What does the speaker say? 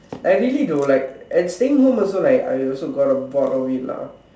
like really though like at staying home also like I also uh got bored of it lah